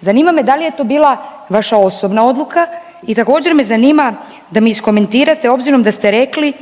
Zanima me da li je to bila vaša osobna odluka i također me zanima da mi iskomentirate obzirom da ste rekli